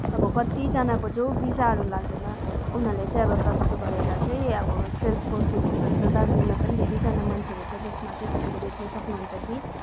अब कतिजनाको जो भिजाहरू लाग्दैन उनीहरूले चाहिँ अब प्लस टु गरेर चाहिँ अब सेल्सपर्सनहरू भएको छ दार्जिलिङमा पनि धेरैजना मान्छेहरू ज जसमा चाहिँ तपाईँले भेट्न सक्नुहुन्छ कि